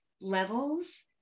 levels